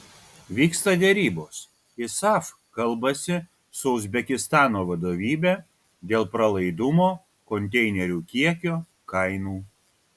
vyksta derybos isaf kalbasi su uzbekistano vadovybe dėl pralaidumo konteinerių kiekio kainų